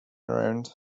around